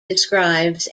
describes